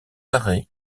arrêts